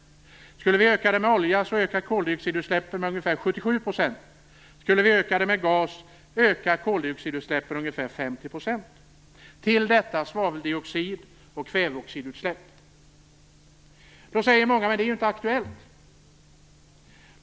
Skulle vi ersätta den med olja ökar koldioxidutsläppen med ungefär 77 %, och skulle vi ersätta den med gas ökar koldioxidutsläppen med ungefär 50 %. Till detta kommer svaveldioxid och kväveoxidutsläpp. Då säger många: Men det är ju inte aktuellt.